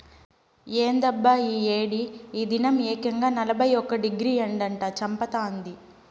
ఏందబ్బా ఈ ఏడి ఈ దినం ఏకంగా నలభై ఒక్క డిగ్రీ ఎండట చంపతాంది